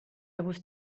was